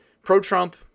pro-Trump